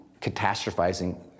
catastrophizing